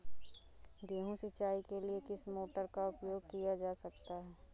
गेहूँ सिंचाई के लिए किस मोटर का उपयोग किया जा सकता है?